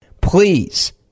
Please